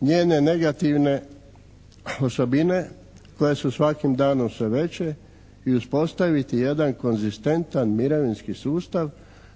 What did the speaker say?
njene negativne osobine koje su svakim danom sve veće i uspostaviti jedan konzistentan mirovinski sustav